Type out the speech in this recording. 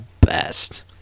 best